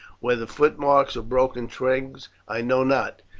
whether footmarks or broken twigs i know not,